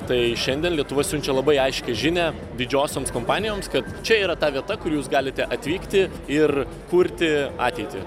tai šiandien lietuva siunčia labai aiškią žinią didžiosioms kompanijoms kad čia yra ta vieta kur jūs galite atvykti ir kurti ateitį